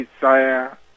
desire